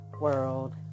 world